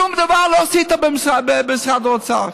שום דבר לא עשית במשרד האוצר.